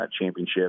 championship